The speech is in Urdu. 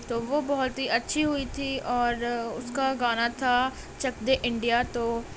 تو وہ بہت ہی اچھی ہوئی تھی اور اس کا گانا تھا چک دے انڈیا تو